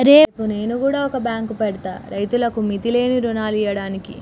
రేపు నేను గుడ ఓ బాంకు పెడ్తా, రైతులకు మిత్తిలేని రుణాలియ్యడానికి